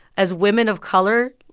as women of color,